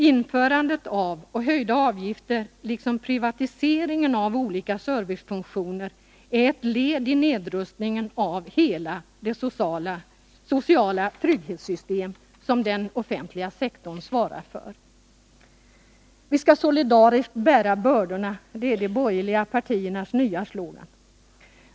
Införandet av avgifter och höjningen av avgifter liksom privatiseringen av olika servicefunktioner är ett led i nedrustningen av hela det sociala trygghetssystem som den offentliga sektorn svarar för. Vi skall solidariskt bära bördorna — det är de borgerliga partiernas ”nya slogan”.